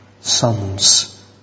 sons